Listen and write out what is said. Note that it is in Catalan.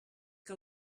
que